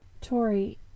Tori